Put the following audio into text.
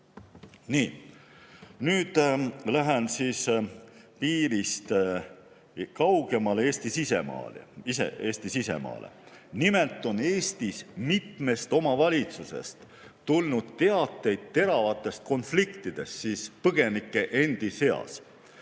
nüüd lähen piirist kaugemale, Eesti sisemaale. Nimelt on Eestis mitmest omavalitsusest tulnud teateid teravatest konfliktidest põgenike endi seas.